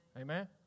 Amen